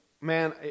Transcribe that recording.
man